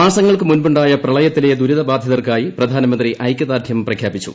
മാസങ്ങൾക്ക് മുമ്പുണ്ടായ പ്രളയത്തില ദുരിതബാധികരായവർക്ക് പ്രധാനമന്ത്രി ഐക്യദാർഢ്യം പ്രഖ്യാപിച്ചു